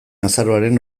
azaroaren